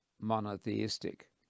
monotheistic